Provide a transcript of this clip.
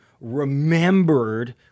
remembered